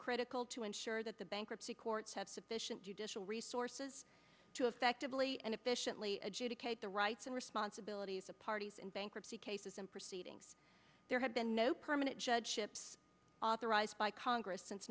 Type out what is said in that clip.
critical to ensure that the bankruptcy courts have sufficient judicial resources to effectively and efficiently adjudicate the rights and responsibilities of parties in bankruptcy cases and proceedings there have been no permanent judgeships authorized by congress since